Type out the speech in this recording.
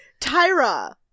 Tyra